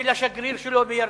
ולשגריר שלו בירדן,